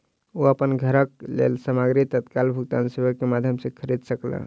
ओ अपन घरक लेल सामग्री तत्काल भुगतान सेवा के माध्यम खरीद सकला